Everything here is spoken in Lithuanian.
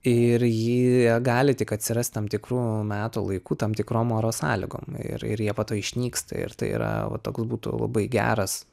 ir jie gali tik atsirasti tam tikru metų laiku tam tikrom oro sąlygoms ir ir jie po to išnyksta ir tai yra va toks būtų labai geras